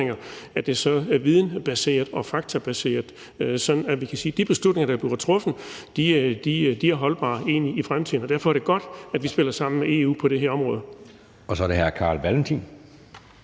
Så er det hr. Carl Valentin.